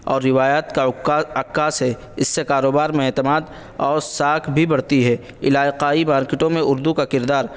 اور روایت کا عکاس ہے اس سے کاروبار میں اعتماد اور ساکھ بھی بڑھتی ہے علاقائی مارکٹوں میں اردو کا کردار